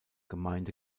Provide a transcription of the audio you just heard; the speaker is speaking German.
gemeinde